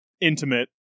intimate